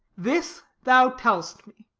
this thou tell'st me,